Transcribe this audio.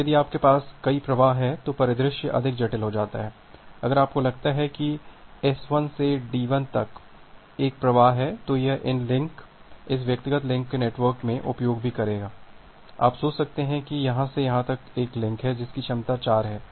अब यदि आपके पास कई प्रवाह हैं तो परिदृश्य अधिक जटिल हो जाता है अगर आपको लगता है कि इस S 1 से D 1 तक एक और प्रवाह है तो यह इन लिंक इस व्यक्तिगत लिंक का नेटवर्क में उपयोग भी करेगा आप सोच सकते हैं कि यहाँ से यहाँ तक एक लिंक है जिसकी क्षमता 4 है